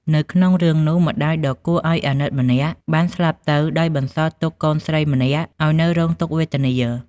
នៅក្នុងរឿងនោះ ម្តាយដ៏គួរឱ្យអាណិតម្នាក់បានស្លាប់ទៅដោយបន្សល់ទុកកូនស្រីម្នាក់ឱ្យនៅរងទុក្ខវេទនា។